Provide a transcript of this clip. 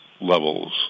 levels